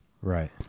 Right